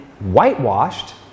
whitewashed